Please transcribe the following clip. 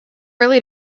early